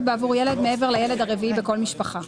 בעבור ילד מעבר לילד הרביעי בכל משפחה".